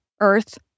earth